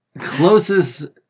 closest